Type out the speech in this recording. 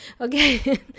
Okay